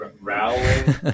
Rowling